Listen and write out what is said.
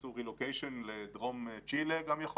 שאולי גם עשו רילוקיישן לדרום צ'ילה.